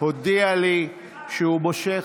הודיע לי שהוא מושך,